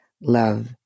love